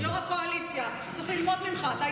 לרשותך שלוש דקות.